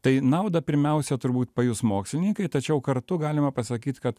tai naudą pirmiausia turbūt pajus mokslininkai tačiau kartu galima pasakyt kad